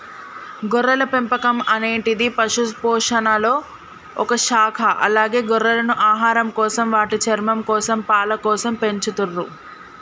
గొర్రెల పెంపకం అనేటిది పశుపోషణలొ ఒక శాఖ అలాగే గొర్రెలను ఆహారంకోసం, వాటి చర్మంకోసం, పాలకోసం పెంచతుర్రు